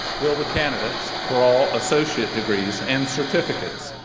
will the candidates for all associate degrees and certificates,